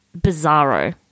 bizarro